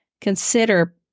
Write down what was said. consider